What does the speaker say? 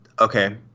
Okay